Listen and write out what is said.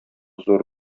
зур